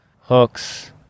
hooks